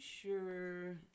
sure